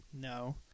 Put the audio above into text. No